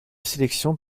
sélection